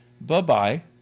bye-bye